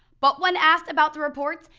but when asked about the reports,